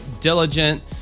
diligent